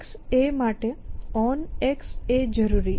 xA જરૂરી છે